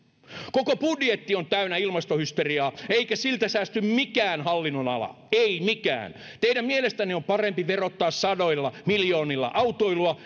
koko budjetti on täynnä ilmastohysteriaa eikä siltä säästy mikään hallinnonala ei mikään teidän mielestänne on parempi verottaa sadoilla miljoonilla autoilua